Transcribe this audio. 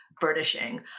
burnishing